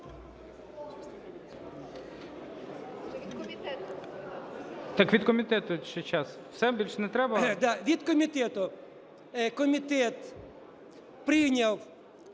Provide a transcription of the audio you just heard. Від комітету. Комітет прийняв